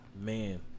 man